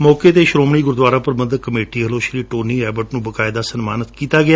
ਮੌਕੇ ਤੇ ਸ੍ਰੋਮਣੀ ਗੁਰੁਦੁਆਰਾ ਪ੍ਰਬੰਧਕ ਕਮੇਟੀ ਵੱਲੋਂ ਸ੍ਰੀ ਟੋਨੀ ਅਬਾਟ ਨੰ ਬਾਕਾਇਦਾ ਸਨਮਾਨਿਤ ਵੀ ਕੀਤਾ ਗਿਆ